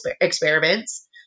experiments